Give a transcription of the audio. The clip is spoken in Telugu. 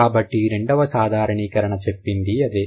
కాబట్టి రెండవ సాధారణీకరణ చెప్పింది అదే